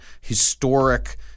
historic